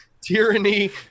Tyranny